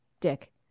Dick